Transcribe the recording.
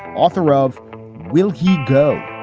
author of will he go?